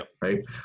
Right